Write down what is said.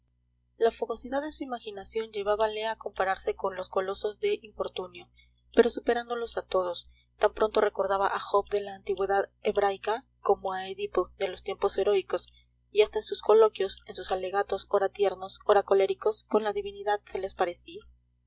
la fogosidad de su imaginación llevábale a compararse con los colosos de infortunio pero superándolos a todos tan pronto recordaba a job de la antigüedad hebraica como a edipo de los tiempos heroicos y hasta en sus coloquios en sus alegatos ora tiernos ora coléricos con la divinidad se les parecía